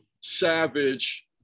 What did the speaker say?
savage